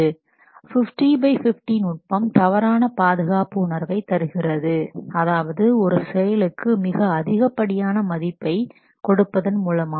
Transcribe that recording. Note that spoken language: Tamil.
50 பை 50 நுட்பம் தவறான பாதுகாப்பு உணர்வை தருகிறது அதாவது ஒரு செயலுக்கு மிக அதிகப்படியான மதிப்பை கொடுப்பதன் மூலமாக